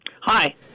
Hi